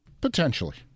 Potentially